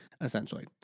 Essentially